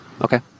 Okay